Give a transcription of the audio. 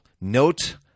note